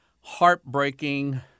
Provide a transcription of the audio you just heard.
heartbreaking